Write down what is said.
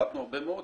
התלבטנו הרבה מאוד,